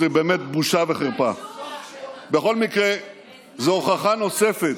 ירו על אזרחי ישראל, חברת הכנסת זנדברג.